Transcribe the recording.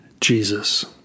jesus